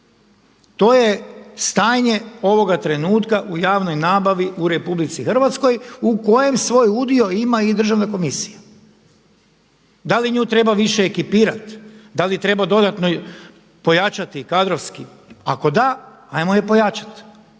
To je stanje ovoga trenutka u javnoj nabavi u RH u kojem svoj udio ima i Državna komisija. Da li nju treba više ekipirat, da li treba dodatno pojačati kadrovski, ako da ajmo je pojačati,